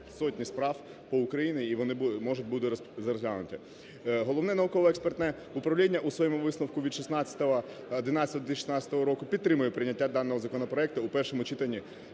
сотні справ по Україні, і вони можуть бути розглянуті. Головне науково-експертне управління у своєму висновку (від 16.11.2016 року) підтримує прийняття даного законопроекту у першому читанні